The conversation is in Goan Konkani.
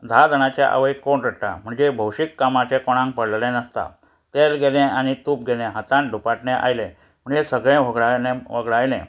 धा जाणाचें आवय कोण रडटा म्हणजे भौशीक कामाचें कोणाक पडलेलें नासता तेल गेलें आनी तूप गेलें हातान धुपाटणें आयलें म्हणजे सगळें व्हगडायलें व्हगडायलें